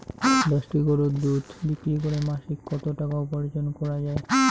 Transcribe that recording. দশটি গরুর দুধ বিক্রি করে মাসিক কত টাকা উপার্জন করা য়ায়?